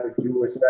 Jewish